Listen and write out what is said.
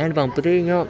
hand pump तें